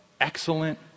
excellent